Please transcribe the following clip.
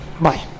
Bye